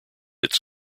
its